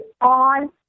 on